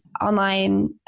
online